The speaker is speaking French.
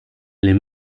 les